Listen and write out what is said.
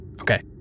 Okay